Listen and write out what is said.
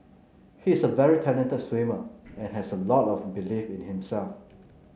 he is a very talented swimmer and has a lot of belief in himself